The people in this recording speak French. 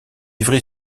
ivry